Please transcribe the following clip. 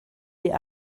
die